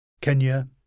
Kenya